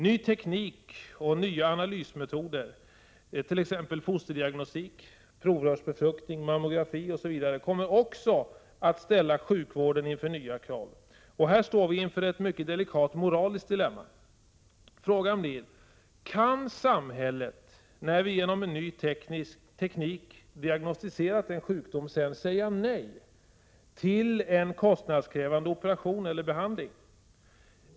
Ny teknik och nya analysmetoder, t.ex. fosterdiagnostik, provrörsbefruktning, mammografi, osv. kommer också att ställa sjukvården inför nya krav. Härstår vi inför ett mycket delikat moraliskt dilemma. Frågan blir: Kan samhället, när vi genom en ny teknik diagnosticerat en sjukdom, sedan säga nej till en kostnadskrävande operation eller behandling?